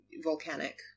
volcanic